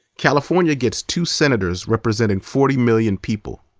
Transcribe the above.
california gets two senators representing forty million people.